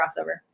crossover